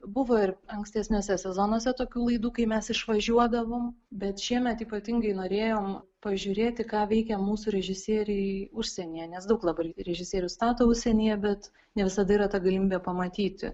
buvo ir ankstesniuose sezonuose tokių laidų kai mes išvažiuodavom bet šiemet ypatingai norėjom pažiūrėti ką veikia mūsų režisieriai užsienyje nes daug labai režisierių stato užsienyje bet ne visada yra ta galimybė pamatyti